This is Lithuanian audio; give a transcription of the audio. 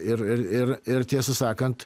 ir ir ir ir tiesą sakant